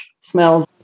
smells